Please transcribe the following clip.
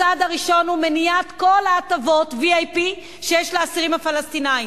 הצעד הראשון הוא מניעת כל הטבות ה-VIP שיש לאסירים הפלסטינים.